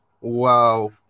Wow